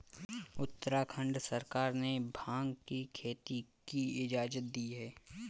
उत्तराखंड सरकार ने भाँग की खेती की इजाजत दी है